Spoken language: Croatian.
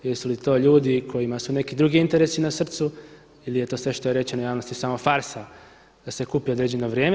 Jesu li to ljudi kojima su neki drugi interesi na srcu ili je to sve što je rečeno javnosti samo farsa da se kupi određeno vrijeme?